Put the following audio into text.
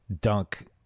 dunk